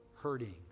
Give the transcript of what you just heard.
hurting